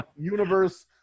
universe